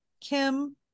Kim